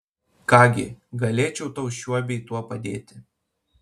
ką gi galėčiau tau šiuo bei tuo padėti